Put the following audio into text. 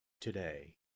today